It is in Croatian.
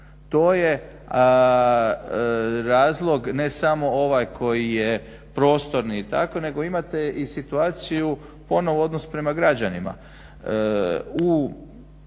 To je razlog ne samo ovaj koji je prostorni i tako nego imate i situaciju ponovno odnos prema građanima